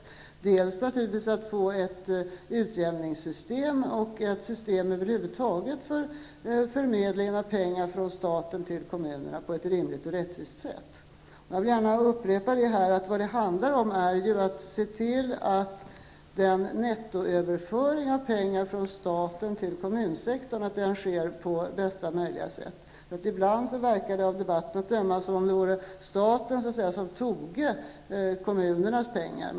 Naturligtvis baseras reglerna också på att få ett utjämningssystem, och ett system över huvud taget, för förmedlingen av pengar från staten till kommunerna som fungerar på ett rimligt och rättvist sätt. Jag vill gärna upprepa att vad det handlar om är att se till att nettoöverföringen av pengar från staten till kommunsektorn sker på bästa möjliga sätt. Ibland verkar det av debatten att döma som om det vore staten som tog kommunernas pengar.